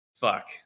fuck